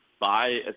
buy